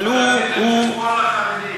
על חשבון החרדים.